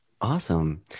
awesome